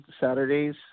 Saturdays